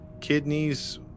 kidneys